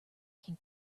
can